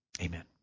amen